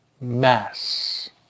mass